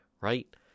right